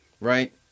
right